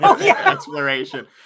exploration